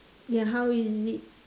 ya how is it